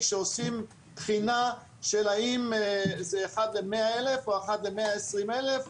כשעושים בחינה האם זה אחד ל-100 אלף או אחד ל-120 אלף.